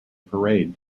parade